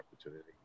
opportunity